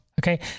Okay